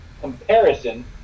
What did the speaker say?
Comparison